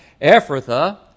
Ephrathah